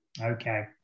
Okay